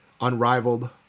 unrivaled